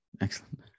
Excellent